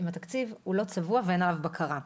אם התקציב הוא לא צבוע ואין עליו בקרה.